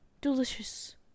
delicious